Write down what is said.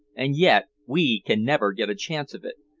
and yet we can never get a chance of it.